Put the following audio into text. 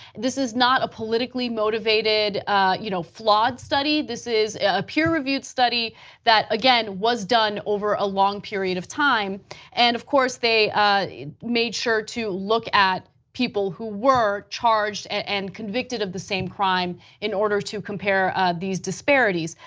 this is not a politically motivated you know flawed study, this is a peer-reviewed study that again was done over a long period of time and of course, they made sure to look at people who were charged and convicted of the same crime in order to compare these disparities.